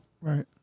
Right